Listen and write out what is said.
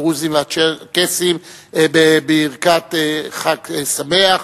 הדרוזים והצ'רקסים בברכת חג שמח,